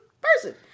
person